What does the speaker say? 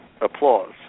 applause